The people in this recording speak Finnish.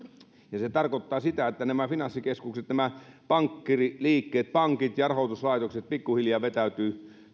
se tarkoittaa sitä että nämä finanssikeskukset pankkiiriliikkeet pankit ja rahoituslaitokset pikkuhiljaa vetäytyvät